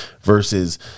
versus